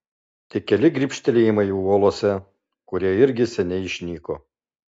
tik keli grybštelėjimai uolose kurie irgi seniai išnyko